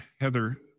Heather